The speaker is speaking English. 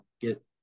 get